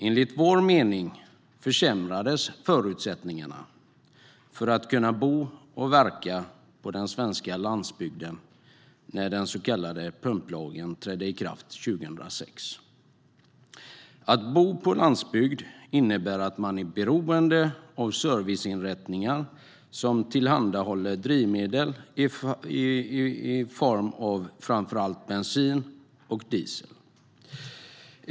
Enligt vår mening försämrades förutsättningarna för att kunna bo och verka på den svenska landsbygden när den så kallade pumplagen trädde i kraft 2006. Att bo på landsbygden innebär att man är beroende av serviceinrättningar som tillhandahåller drivmedel i form av framför allt bensin och diesel.